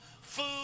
food